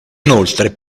inoltre